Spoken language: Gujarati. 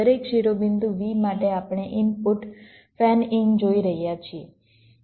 દરેક શિરોબિંદુ V માટે આપણે ઇનપુટ ફેન ઇન જોઈ રહ્યા છીએ